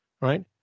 Right